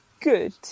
good